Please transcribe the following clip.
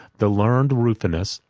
the learned rufinus,